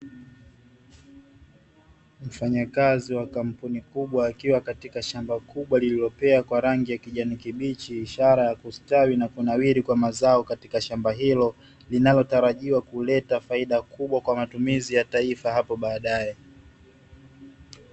Mfanyakazi wa kampuni kubwa akiwa katika shamba kubwa lililopewa kwa rangi ya kijani kibichi, ishara ya kustawi na kunawiri kwa mazao katika shamba hilo linalotarajiwa kuleta faida kubwa kwa matumizi ya taifa hapo baadaye.